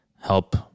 help